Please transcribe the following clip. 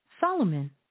Solomon